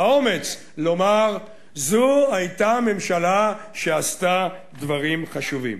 האומץ לומר: זו היתה ממשלה שעשתה דברים חשובים?